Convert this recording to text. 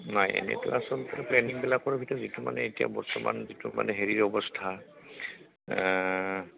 নাই এনেকুৱা আচলতে প্লেনিংবিলাকৰ ভিতৰত যিটো মানে এতিয়া বৰ্তমান যিটো মানে হেৰিৰ অৱস্থা